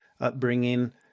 upbringing